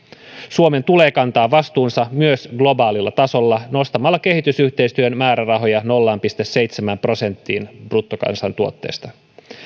suomen tulee kantaa vastuunsa myös globaalilla tasolla nostamalla kehitysyhteistyön määrärahoja nolla pilkku seitsemään prosenttiin bruttokansantuotteesta panostamalla